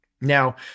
Now